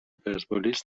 پرسپولیس